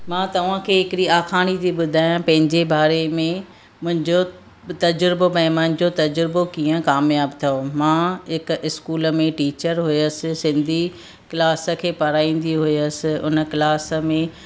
मां तव्हांखे हिकिड़ी आखाणी जे ॿुधायां पंहिंजे बारे में मुंहिंजो तजुर्बो भई मुंहिंजो तजुर्बो कीअं कामयाबु थियो मां हिकु इस्कूल में टीचर हुयसि सिंधी क्लास खे पढाईंदी हुयसि उन क्लास में